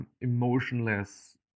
emotionless